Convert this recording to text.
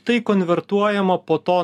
tai konvertuojama po to